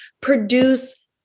produce